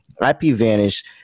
IPVanish